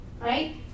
right